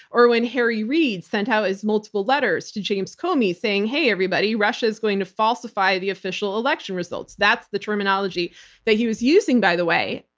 or when harry reid sent out his multiple letters to james comey saying, hey, everybody, russia's going to falsify the official election results. that's the terminology that he was using by the way.